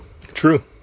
True